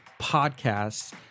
podcasts